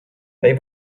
they